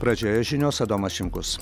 pradžioje žinios adomas šimkus